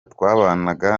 twabanaga